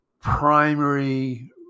primary